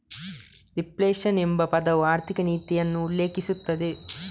reflation ಎಂಬ ಪದವು ಆರ್ಥಿಕ ನೀತಿಯನ್ನು ಉಲ್ಲೇಖಿಸಬಹುದು